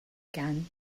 again